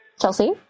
Chelsea